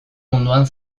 munduan